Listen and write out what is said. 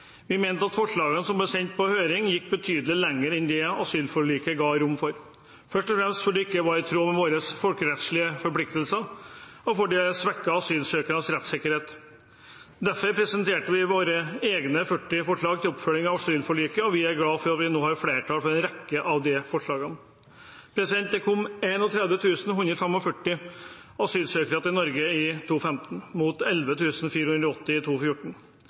Vi mente forslagene som ble sendt på høring, gikk betydelig lenger enn asylforliket ga rom for, først og fremst fordi det ikke var i tråd med våre folkerettslige forpliktelser, og fordi det svekket asylsøkeres rettssikkerhet. Derfor presenterte vi våre egne 40 forslag til oppfølging av asylforliket, og vi er glad for at vi nå har flertall for en rekke av de forslagene. Det kom 31 145 asylsøkere til Norge i 2015, mot 11 480 i